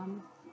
um